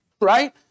right